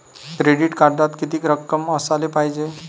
Credit कार्डात कितीक रक्कम असाले पायजे?